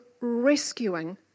rescuing